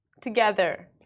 Together